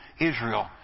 Israel